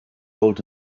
hold